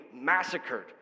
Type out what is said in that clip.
massacred